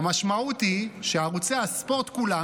המשמעות היא שערוצי הספורט כולם,